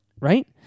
right